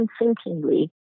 unthinkingly